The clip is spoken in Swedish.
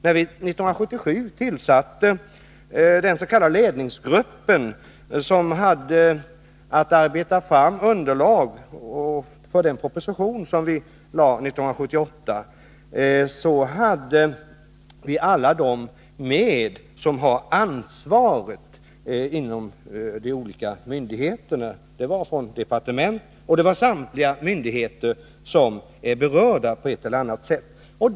När vi 1977 tillsatte den s.k. ledningsgruppen, som hade att utarbeta underlag för den proposition som vi lade fram 1978, hade vi med alla dem som har ansvaret inom de olika myndigheterna, från departement och samtliga myndigheter som på ett eller annat sätt är berörda.